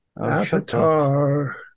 avatar